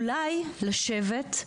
אולי לשבת,